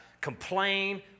complain